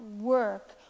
work